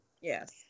Yes